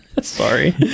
Sorry